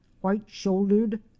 white-shouldered